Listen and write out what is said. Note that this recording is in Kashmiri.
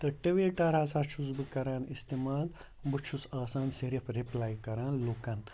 تہٕ ٹٕوِٹَر ہسا چھُس بہٕ کَران اِستعمال بہٕ چھُس آسان صرف رِپلَے کَران لُکَن